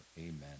Amen